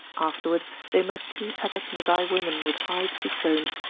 afterwards they met two tattered nogay women with high cheekbones,